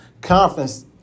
conference